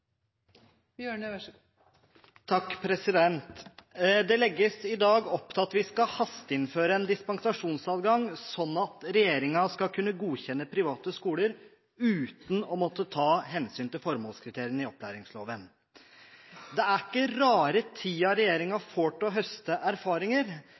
skal hasteinnføre en dispensasjonsadgang slik at regjeringen skal kunne godkjenne private skoler uten å måtte ta hensyn til formålskriteriene i opplæringsloven. Det er ikke rare